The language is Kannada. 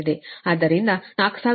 ಆದ್ದರಿಂದ 4500 ಅನ್ನು 10